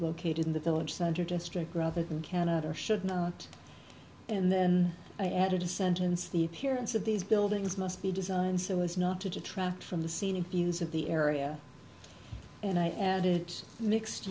located in the village center just struck rather than cannot or should not and then i added a sentence the appearance of these buildings must be designed so as not to detract from the scene infuse of the area and i added mixed